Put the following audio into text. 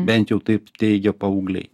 bent jau taip teigia paaugliai